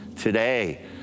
today